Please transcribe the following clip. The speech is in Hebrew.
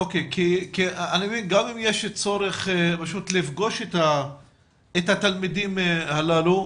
גם אם יש צורך פשוט לפגוש את התלמידים הללו,